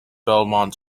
belmont